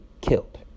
killed